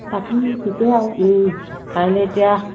বাকী ঠিকে আৰু কাইলে এতিয়া